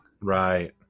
Right